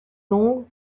longue